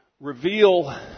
reveal